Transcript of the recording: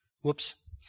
Whoops